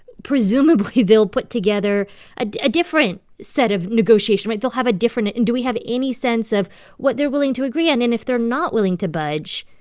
presumably, they'll put together a different different set of negotiations, right? they'll have a different and do we have any sense of what they're willing to agree on, and if they're not willing to budge?